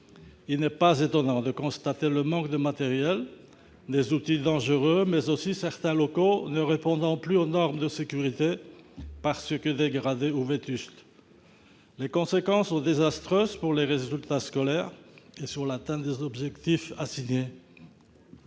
Il n'est pas étonnant de constater le manque de matériel, des outils dangereux ; par ailleurs, certains locaux ne répondent plus aux normes de sécurité, parce que dégradés ou vétustes. Les conséquences sont désastreuses pour ce qui concerne les résultats scolaires et l'atteinte des objectifs qui